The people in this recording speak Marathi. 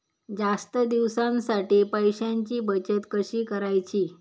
जास्त दिवसांसाठी पैशांची बचत कशी करायची?